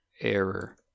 Error